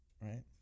right